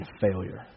failure